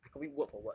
I copied word for word